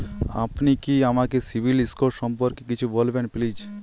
আপনি কি আমাকে সিবিল স্কোর সম্পর্কে কিছু বলবেন প্লিজ?